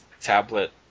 tablet